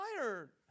tired